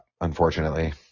unfortunately